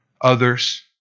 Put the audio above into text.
others